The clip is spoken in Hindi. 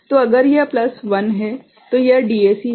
तो अगर यह प्लस 1 है तो यह डीएसी है